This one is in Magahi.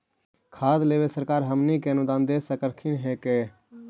खाद लेबे सरकार हमनी के अनुदान दे सकखिन हे का?